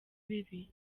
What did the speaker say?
bibi